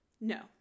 No